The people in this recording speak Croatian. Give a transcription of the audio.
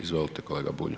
Izvolite kolega Bulj.